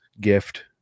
gift